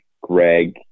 Greg